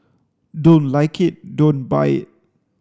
don't like it don't buy it